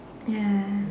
yeah